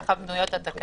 כך בנויות התקנות.